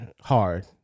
hard